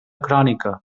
crònica